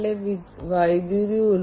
power ഗ്രിഡുകൾ പോലെ വൈദ്യുതി മേഖലയിൽ